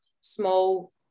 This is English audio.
small